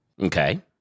Okay